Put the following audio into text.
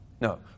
no